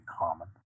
common